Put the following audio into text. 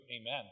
amen